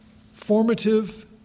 formative